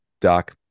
doc